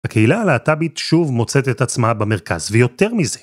הקהילה הלהט"בית שוב מוצאת את עצמה במרכז, ויותר מזה.